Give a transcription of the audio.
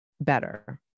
better